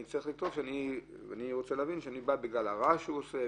אני ארצה להבין שהוא נקבע בגלל הרעש שהוא עושה,